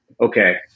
okay